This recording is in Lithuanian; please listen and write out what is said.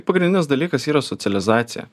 pagrindinis dalykas yra socializacija